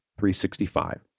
365